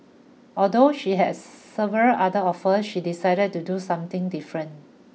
although she had several other offers she decided to do something different